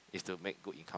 is to make good income